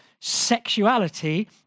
sexuality